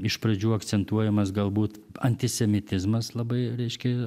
iš pradžių akcentuojamas galbūt antisemitizmas labai reiškia